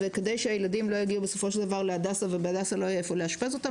כדי שהילדים לא יגיעו בסופו של דבר להדסה ושם לא יהיה איפה לאשפז אותם.